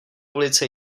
ulice